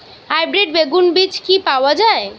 Hybrid বেগুন বীজ কি পাওয়া য়ায়?